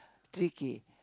three K